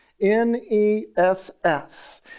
N-E-S-S